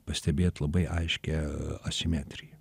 pastebėt labai aiškią asimetriją